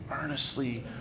earnestly